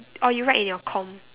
or you write in your com